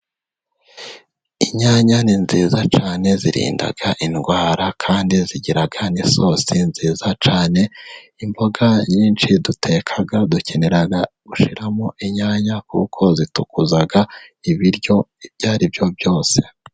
Inyanya ni nziza cyane zirinda indwara kandi zigira kandi isosi nziza canye. Imboga nyinshi duteka dukenera gushiramo inyanya kuko zitukuza ibiryo, ibyo aribyo byose.